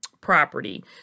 property